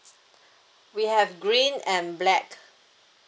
we have green and black